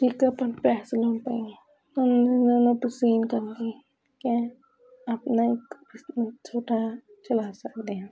ਠੀਕ ਹੈ ਆਪਣਾ ਇੱਕ ਬਿਜਨਸ ਜਿਹੜਾ ਚਲਾ ਸਕਦੇ ਹਾਂ